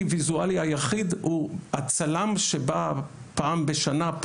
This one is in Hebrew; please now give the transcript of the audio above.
ויזואלי היחיד הוא הצלם שבא פעם בשנה,